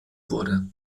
wurde